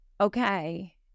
okay